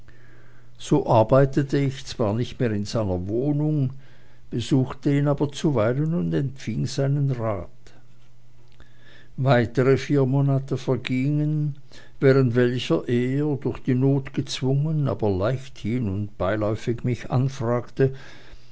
so arbeitete ich zwar nicht mehr in seiner wohnung besuchte ihn aber zuweilen und empfing seinen rat weitere vier monate vergingen so während welcher er durch die not gezwungen aber leichthin und beiläufig mich anfragte